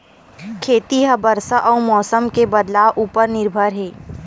खेती हा बरसा अउ मौसम के बदलाव उपर निर्भर हे